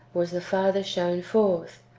was the father shown forth,